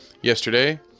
yesterday